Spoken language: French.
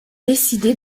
décidé